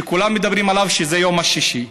שכולם מדברים עליו, זה יום שישי.